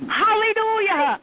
hallelujah